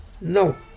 No